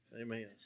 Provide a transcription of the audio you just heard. Amen